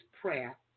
prayer